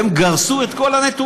הם גרסו את כל הנתונים.